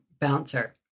bouncer